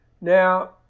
Now